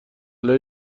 علیه